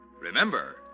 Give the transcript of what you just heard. Remember